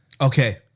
okay